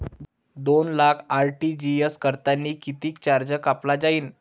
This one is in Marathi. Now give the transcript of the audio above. दोन लाख आर.टी.जी.एस करतांनी कितीक चार्ज कापला जाईन?